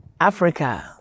Africa